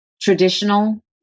traditional